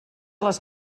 les